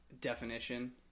definition